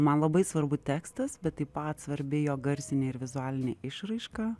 man labai svarbu tekstas bet taip pat svarbi jo garsinė ir vizualinė išraiška